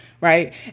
right